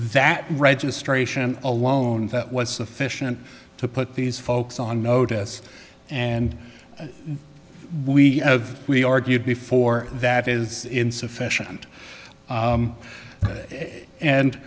that registration alone that was sufficient to put these folks on notice and we have we argued before that is insufficient